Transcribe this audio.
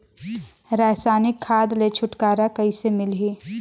रसायनिक खाद ले छुटकारा कइसे मिलही?